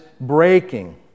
breaking